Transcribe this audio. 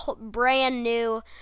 brand-new